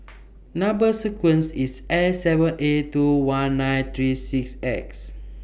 Number sequence IS S seven eight two one nine three six X